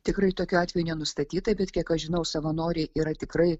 tikrai tokių atvejų nenustatyta bet kiek aš žinau savanoriai yra tikrai